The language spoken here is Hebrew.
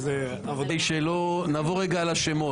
ונעבור על השמות.